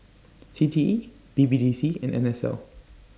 C T E B B D C and N S L